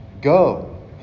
Go